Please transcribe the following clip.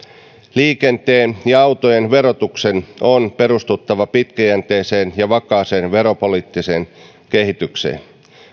liikenteen ja autojen verotuksen on perustuttava pitkäjänteiseen ja vakaaseen veropoliittiseen kehitykseen